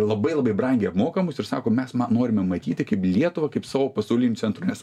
labai labai brangiai apmokamus ir sako mes norime matyti kaip lietuvą kaip savo pasauliniu centru nes